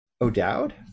O'Dowd